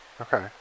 okay